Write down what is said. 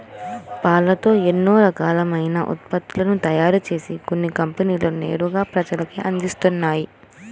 పాలతో ఎన్నో రకాలైన ఉత్పత్తులను తయారుజేసి కొన్ని కంపెనీలు నేరుగా ప్రజలకే అందిత్తన్నయ్